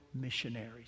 missionaries